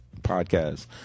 podcast